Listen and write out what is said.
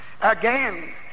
again